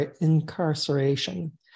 incarceration